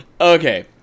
Okay